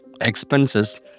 expenses